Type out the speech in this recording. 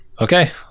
Okay